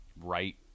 right